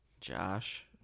josh